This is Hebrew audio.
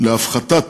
להפחתת